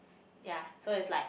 ya so it's like